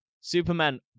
Superman